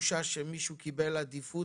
התחושה שמישהו קיבל עדיפות